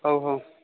ହଉ ହଉ